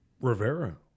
Rivera